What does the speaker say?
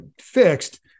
fixed